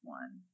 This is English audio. one